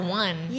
one